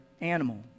animal